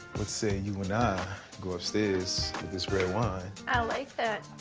let's say you and i go upstairs with this red wine? i like that.